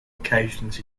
occasions